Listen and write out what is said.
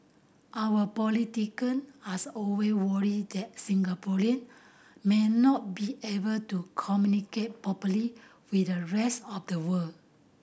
our politician as always worried that Singaporean may not be able to communicate properly with the rest of the world